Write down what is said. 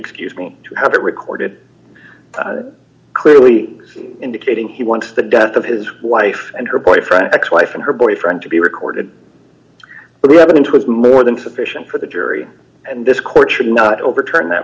excuse me to have it recorded clearly indicating he wants the death of his wife and her boyfriend ex wife and her boyfriend to be recorded but the evidence was more than sufficient for the jury and this court should not overturn that